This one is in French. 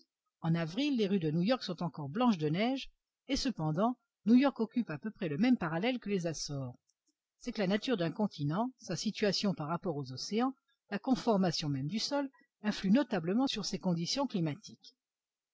en avril les rues de new-york sont encore blanches de neige et cependant new-york occupe à peu près le même parallèle que les açores c'est que la nature d'un continent sa situation par rapport aux océans la conformation même du sol influent notablement sur ses conditions climatériques